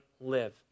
live